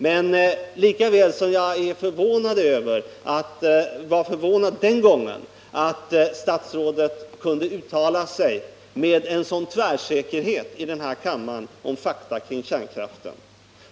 Jag var den gången förvånad över att statsrådet här i kammaren på så dåligt underlag kunde uttala sig med sådan tvärsäkerhet om fakta kring kärnkraften.